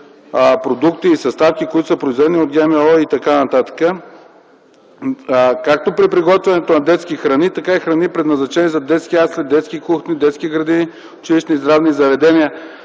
продукти и съставки, които са произведени от ГМО,” и т.н., „както при приготвянето на детски храни, както и храни, предназначени за детски ясли, детски кухни, детски градини, училищни и здравни заведения”.